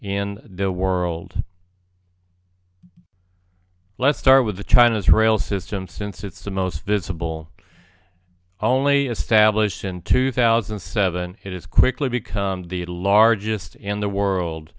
in the world let's start with the china's rail system since it's the most visible only established in two thousand and seven it has quickly become the largest in the world